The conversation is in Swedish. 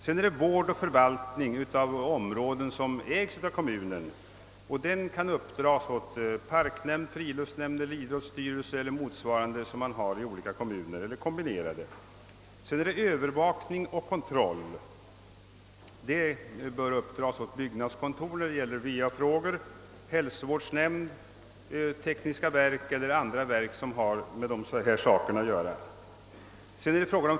Sedan gäller det vård och förvaltning av områden som ägs av kommunen; detta kan uppdras åt parknämnd, friluftsnämnd, idrottsstyrelse eller motsvarande organ som finns i kommunen eller åt en kombination av dessa. Vidare är det fråga om övervakning och kontroll som bör uppdras åt byggnadskontor när det gäller VA-frågor, hälsovårdsnämnd, tekniskt verk eller annat verk som har med dessa saker att göra.